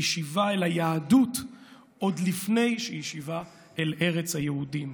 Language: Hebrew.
"היא שיבה אל היהדות עוד לפני שהיא שיבה אל ארץ היהודים".